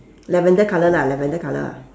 lavender colour lah lavender colour ah